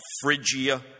Phrygia